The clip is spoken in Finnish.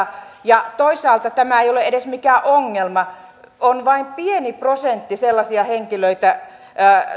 toisaalta tämä ei ole edes mikään ongelma on vain pieni prosentti sellaisia henkilöitä